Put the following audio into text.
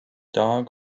dog